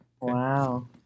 Wow